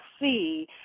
see